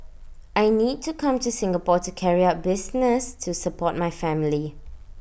I need to come to Singapore to carry out business to support my family